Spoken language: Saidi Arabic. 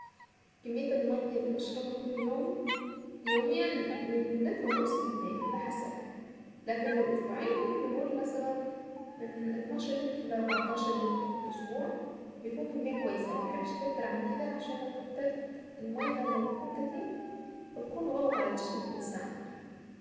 كمية الماية اللي بشربها كل يوم يوميا من لتر ونص للترين على حسب لكن لو اسبوعين ممكن نقول مثلا من اتناشر متر لاربعتاشر لتر في الاسبوع بيكون كمية كويسة ما بحبش اكتر عن كده عشان لو كترت الماية لما بتكون كتير بتكون غلط على جسم الانسان.